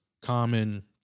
common